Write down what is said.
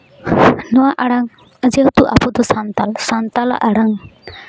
ᱱᱚᱣᱟ ᱟᱲᱟᱝ ᱡᱮᱦᱮᱛᱩ ᱟᱵᱚᱫᱚ ᱥᱟᱱᱛᱟᱞ ᱥᱟᱱᱛᱟᱞᱟᱜ ᱟᱲᱟᱝ